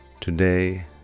Today